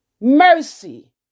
Mercy